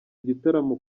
igitaramo